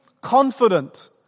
confident